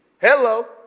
Hello